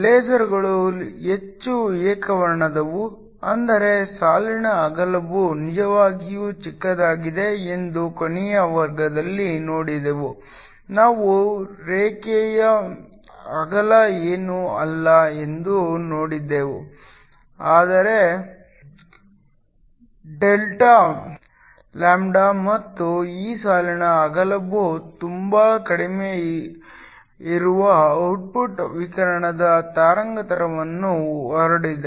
ಲೇಸರ್ಗಳು ಹೆಚ್ಚು ಏಕವರ್ಣದವು ಅಂದರೆ ಸಾಲಿನ ಅಗಲವು ನಿಜವಾಗಿಯೂ ಚಿಕ್ಕದಾಗಿದೆ ಎಂದು ಕೊನೆಯ ವರ್ಗದಲ್ಲಿ ನೋಡಿದೆವು ನಾವು ರೇಖೆಯ ಅಗಲ ಏನೂ ಅಲ್ಲ ಎಂದು ನೋಡಿದೆವು ಆದರೆ ಡೆಲ್ಟಾ ಲ್ಯಾಂಬ್ಡಾ ಮತ್ತು ಈ ಸಾಲಿನ ಅಗಲವು ತುಂಬಾ ಕಡಿಮೆ ಇರುವ ಔಟ್ಪುಟ್ ವಿಕಿರಣದ ತರಂಗಾಂತರವನ್ನು ಹರಡಿದೆ